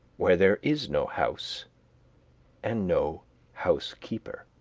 where there is no house and no housekeeper.